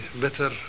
better